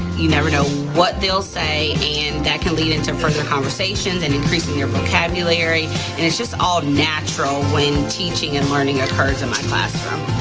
you never know what they'll say and that can lead into further conversations and increasing their vocabulary and it's just all natural when teaching and learning occurs in my classroom.